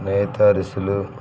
నేతరిసెలు